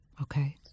Okay